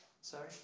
Sorry